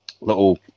Little